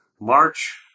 March